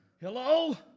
Hello